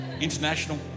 international